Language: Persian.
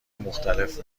مختلف